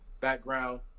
background